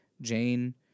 Jane